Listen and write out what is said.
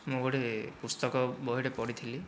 ମୁଁ ଗୋଟିଏ ପୁସ୍ତକ ବହିଟେ ପଢ଼ିଥିଲି